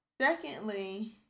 Secondly